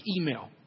email